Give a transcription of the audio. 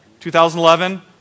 2011